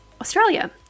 Australia